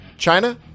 China